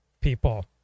people